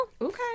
Okay